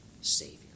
Savior